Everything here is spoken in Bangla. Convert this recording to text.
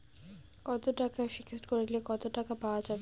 কত টাকা ফিক্সড করিলে কত টাকা পাওয়া যাবে?